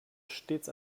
stets